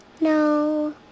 No